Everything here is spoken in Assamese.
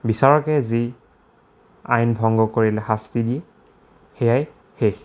বিচাৰকে যি আইন ভংগ কৰিলে শাস্তি দিয়ে সেয়াই শেষ